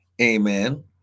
Amen